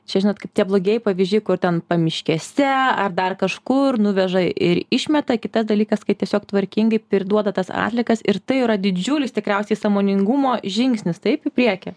čia žinot kaip tie blogieji pavyzdžiai kur ten pamiškėse ar dar kažkur nuveža ir išmeta kitas dalykas kai tiesiog tvarkingai priduoda tas atliekas ir tai yra didžiulis tikriausiai sąmoningumo žingsnis taip į priekį